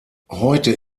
heute